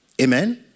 Amen